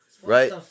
Right